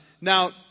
now